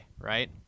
right